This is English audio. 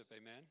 Amen